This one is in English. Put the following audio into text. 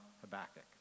Habakkuk